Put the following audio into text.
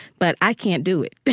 but i can't do it